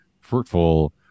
fruitful